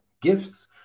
gifts